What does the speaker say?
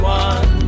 one